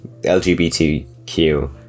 LGBTQ